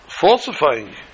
falsifying